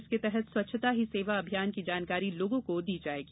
इसके तहत स्वच्छता ही सेवा अभियान की जानकारी लोगों को दी जाएगी